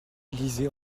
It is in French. lisait